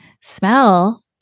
smell